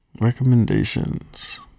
recommendations